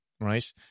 right